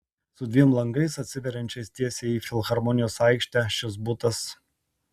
su dviem langais atsiveriančiais tiesiai į filharmonijos aikštę šis butas